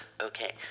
Okay